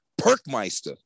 Perkmeister